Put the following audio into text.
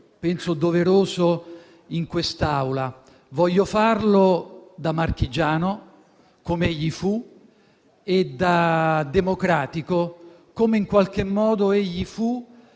penso doveroso, in quest'Aula. Voglio farlo da marchigiano, come egli fu, e da democratico, come in qualche modo egli fu,